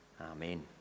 Amen